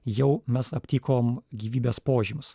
jau mes aptikom gyvybės požymius